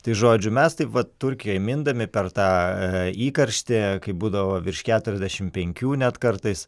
tai žodžiu mes taip vat turkijoj mindami per tą įkarštį kai būdavo virš keturiasdešim penkių net kartais